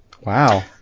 Wow